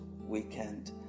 weekend